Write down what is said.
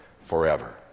forever